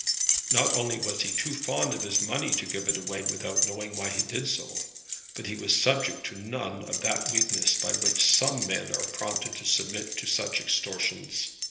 not only was he too fond of his money to give it away without knowing why he did so but he was subject to none of that weakness by which some men are prompted to submit to such extortions.